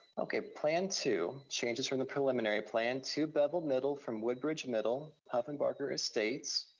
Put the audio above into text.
okay, plan two, changes from the preliminary plan. to beville middle from woodbridge middle, puffenbarger estates.